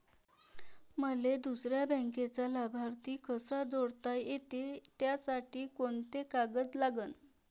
मले दुसऱ्या बँकेचा लाभार्थी कसा जोडता येते, त्यासाठी कोंते कागद लागन?